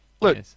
Look